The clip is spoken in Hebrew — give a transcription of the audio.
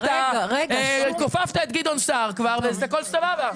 יש היתר כי אתה כופפת את גדעון סער כבר והכל סבבה.